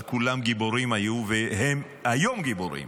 אבל כולם היו גיבורים והם היום גיבורים.